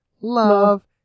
Love